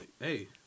hey –